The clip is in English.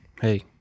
hey